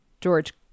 George